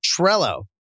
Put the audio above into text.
Trello